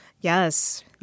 Yes